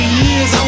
years